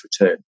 return